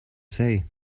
say